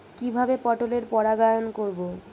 কিভাবে পটলের পরাগায়ন করব?